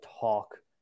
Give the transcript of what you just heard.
talk